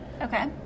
Okay